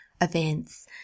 events